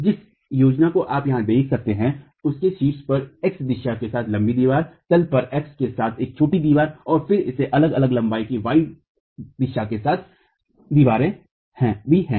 जिस योजना को आप यहां देख सकते हैं उसके शीर्ष पर x दिशा के साथ लंबी दीवार है तल पर x दिशा के साथ एक छोटी दीवार और फिर इसमें अलग अलग लंबाई की y दिशा के साथ दीवारें भी हैं